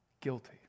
guilty